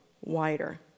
wider